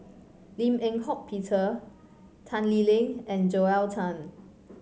Lim Eng Hock Peter Tan Lee Leng and Joel Tan